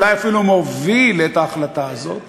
ואולי אפילו מוביל את ההחלטה הזאת.